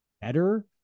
better